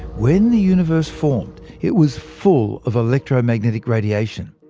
when the universe formed, it was full of electromagnetic radiation.